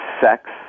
sex